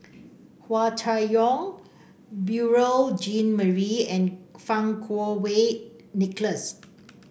Hua Chai Yong Beurel Jean Marie and Fang Kuo Wei Nicholas